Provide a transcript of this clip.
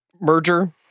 merger